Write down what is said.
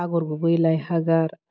आग'र गुबै लाइ हाजार